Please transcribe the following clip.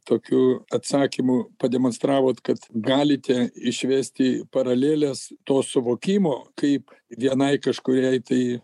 tokiu atsakymu pademonstravot kad galite išvesti paraleles to suvokimo kaip vienai kažkuriai tai